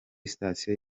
sitasiyo